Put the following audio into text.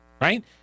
right